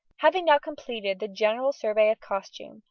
having now completed the general survey of costume,